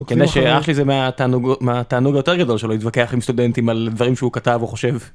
אח שלי זה מהתענוגות מהתענוג היותר גדול שלו להתווכח עם סטודנטים על דברים שהוא כתב או חושב.